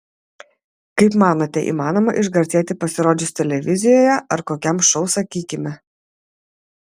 kaip manote įmanoma išgarsėti pasirodžius televizijoje ar kokiam šou sakykime